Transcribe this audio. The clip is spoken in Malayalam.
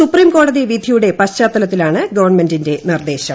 സുപ്രീംകോടതി വിധിയുടെ പശ്ചാത്തലത്തിലാണ് ഗവൺമെന്റിന്റെ നിർദ്ദേശം